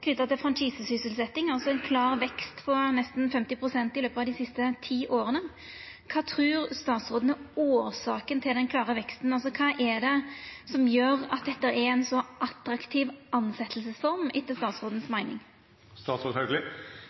til franchisesysselsetting – ein klar vekst på nesten 50 pst. i løpet av dei siste ti åra – kva trur statsråden er årsaka til den klare veksten? Kva er det som gjer dette til ei så attraktiv tilsetjingsform, etter statsrådens meining?